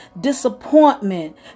disappointment